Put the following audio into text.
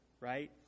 right